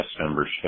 membership